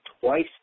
twice